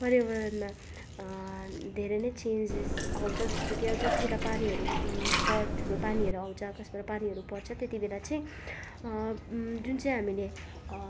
पर्यावरणमा धेरै नै चेन्जेस आउँछ जस्तो कि अब जति बेला पानीहरू पर ठुलो पानीहरू आउँछ आकाशबाट पानीहरू पर्छ त्यति बेला चाहिँ जुन चाहिँ हामीले